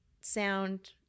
sound